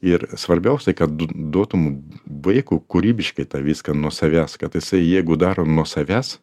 ir svarbiausia kad duotum vaikui kūrybiškai tą viską nuo savęs kad jisai jeigu darom nuo savęs